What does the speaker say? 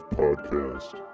podcast